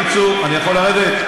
בקיצור, אני יכול לרדת?